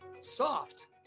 soft